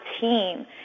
team